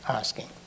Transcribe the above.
asking